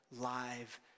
live